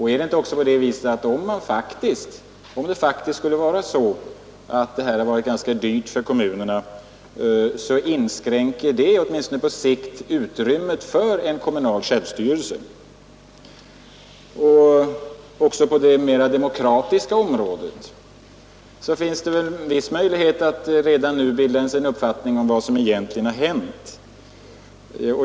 Är det inte också så att dessa sammanläggningar, om de faktiskt har blivit ganska dyra för kommunerna, åtminstone på sikt inskränker utrymmet för en kommunal självstyrelse? Också på det rent demokratiska området finns det väl en viss möjlighet att redan nu bilda sig en uppfattning om vad som egentligen har hänt.